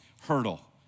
hurdle